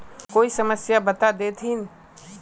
कोई समस्या बता देतहिन?